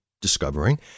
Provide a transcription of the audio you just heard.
discovering